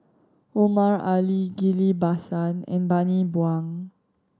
Omar Ali Ghillie Basan and Bani Buang